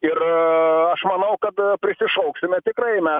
ir aš manau kad prisišauksime tikrai na